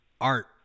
art